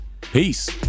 Peace